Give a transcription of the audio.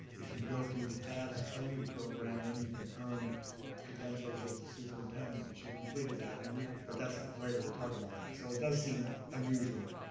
if you go through the fads training program, then you can earn credentials as ah superintendent that you completed that and we, but that's later, we'll talk about that. so it does seem unusual.